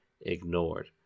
ignored